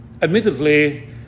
Admittedly